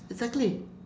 exactly